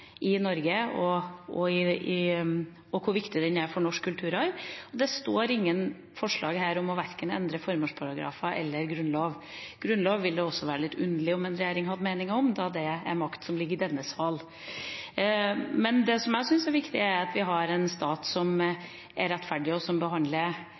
i Norge og hvor viktig den er for norsk kulturarv. Det står ingen forslag her om å endre verken formålsparagrafer eller grunnlov. Grunnloven ville det også være litt underlig om en regjering hadde meninger om, da det er makt som ligger i denne sal. Det jeg syns er viktig, er at vi har en stat som er rettferdig, og som behandler